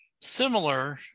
similar